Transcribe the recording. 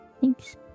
thanks